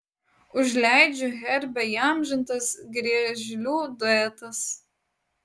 užliedžių herbe įamžintas griežlių duetas